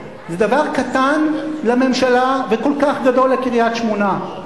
זה דבר קטן לממשלה וכל כך גדול לקריית-שמונה,